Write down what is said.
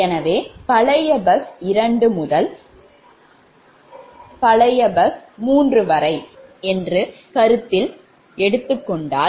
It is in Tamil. எனவே பழைய பஸ் 2 முதல் பழைய பஸ் 3 வரை என்று கருத்தில் கொண்டுள்ளீர்கள்